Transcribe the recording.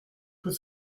peut